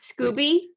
Scooby